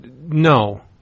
No